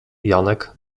janek